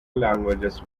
languages